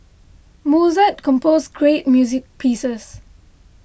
Mozart composed great music pieces